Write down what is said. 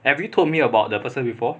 have you told me about the person before